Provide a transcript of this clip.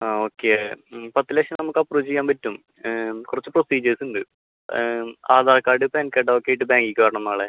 ആ ഓക്കെ പത്ത് ലക്ഷം നമുക്ക് അപ്രൂവ് ചെയ്യാൻ പറ്റും കുറച്ച് പ്രൊസീജ്യേഴ്സ് ഉണ്ട് ആധാർ കാർഡ് പാൻ കാർഡ് ഒക്കെയായിട്ട് ബാങ്കിലേക്ക് വരണം നാളെ